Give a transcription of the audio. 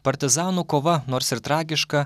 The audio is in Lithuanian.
partizanų kova nors ir tragiška